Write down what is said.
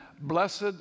blessed